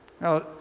Now